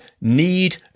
need